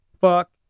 Fuck